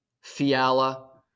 Fiala